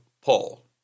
Paul